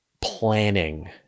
planning